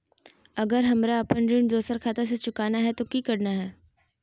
अगर हमरा अपन ऋण दोसर खाता से चुकाना है तो कि करना है?